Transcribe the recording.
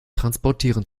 transportieren